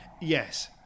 Yes